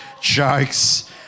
jokes